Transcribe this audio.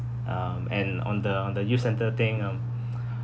um and on the on the youth centre thing ah